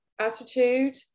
attitude